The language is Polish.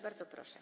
Bardzo proszę.